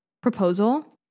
proposal